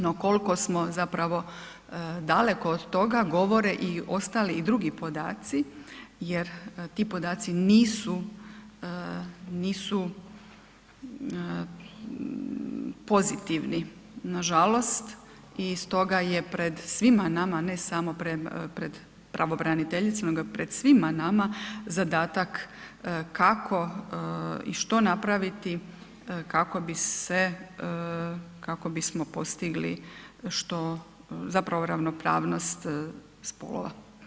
No kolko smo zapravo daleko od toga govore i ostali i drugi podaci jer ti podaci nisu, nisu pozitivni nažalost i stoga je pred svima nama, ne samo pred pravobraniteljicom, nego je pred svima nama zadataka kako i što napraviti kako bi se, kako bismo postigli, zapravo ravnopravnost spolova.